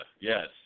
Yes